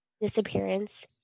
disappearance